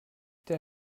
der